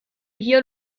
hier